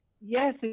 Yes